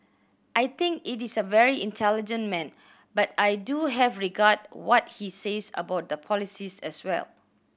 I think it is a very intelligent man but I do have regard what he says about the polices as well